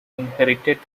inherited